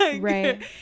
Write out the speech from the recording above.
Right